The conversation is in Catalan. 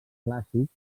clàssic